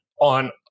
on